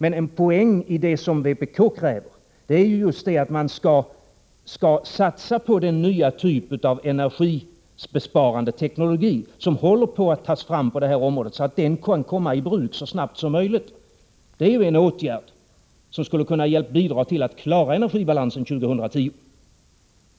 En poäng i det som vpk kräver är att man skall satsa på den nya typ av energibesparande teknologi som håller på att tas fram på detta område, så att den kan komma i bruk så snart som möjligt. Det är ju en åtgärd som skulle kunna bidra till att klara energibalansen år 2010.